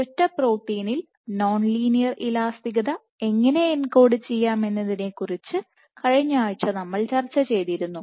ഒരൊറ്റ പ്രോട്ടീനിൽ non linear ഇലാസ്തികത എങ്ങനെ എൻകോഡ് ചെയ്യാമെന്നതിനെക്കുറിച്ച് കഴിഞ്ഞ ആഴ്ച നമ്മൾ ചർച്ച ചെയ്തിരുന്നു